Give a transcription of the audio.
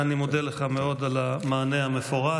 אני מודה לך מאוד על המענה המפורט.